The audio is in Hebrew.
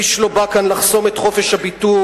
איש לא בא כאן לחסום את חופש הביטוי.